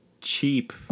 cheap